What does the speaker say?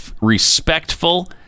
respectful